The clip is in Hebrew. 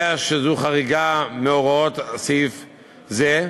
יודע שזו חריגה מהוראות סעיף זה,